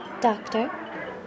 Doctor